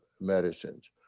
medicines